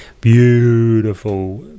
beautiful